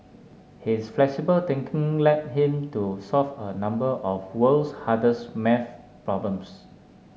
his flexible thinking led him to solve a number of world's hardest maths problems